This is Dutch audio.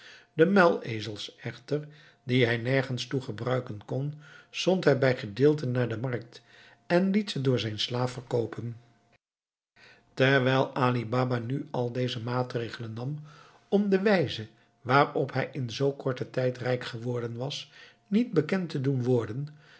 de muilezels echter die hij nergens toe gebruiken kon zond hij bij gedeelten naar de markt en liet ze door zijn slaaf verkoopen terwijl ali baba nu al deze maatregelen nam om de wijze waarop hij in zoo korten tijd rijk geworden was niet bekend te doen worden